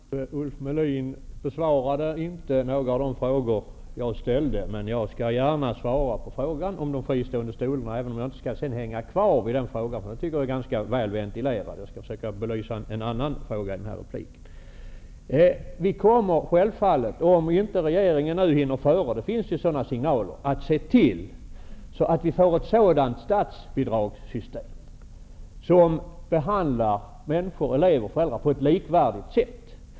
Herr talman! Ulf Melin besvarade inte några av de frågor jag ställde, men jag skall gärna svara på frågan om de fristående skolorna, även om jag inte skall hänga kvar vid den frågan, för jag tycker den är väl ventilerad. Jag skall i stället försöka belysa en annan fråga i denna replik. Vi kommer självfallet, om inte regeringen hinner före, det finns ju sådana signaler, att se till att vi får ett sådant statsbidragssystem som behandlar elever och föräldrar på ett likvärdigt sätt.